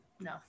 no